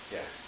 Yes